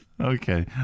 Okay